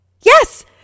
Yes